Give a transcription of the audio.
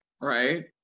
right